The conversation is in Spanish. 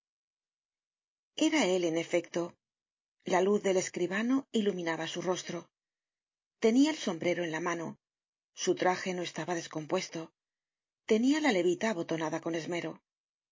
era él en efecto la luz del escribano iluminaba su rostro tenia el sombrero en la mano su traje no estaba descompuesto tenia la levita abotonada con esmero